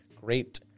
great